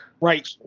Right